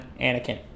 Anakin